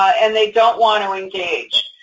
and they don't want to engage.